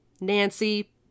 Nancy